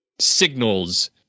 signals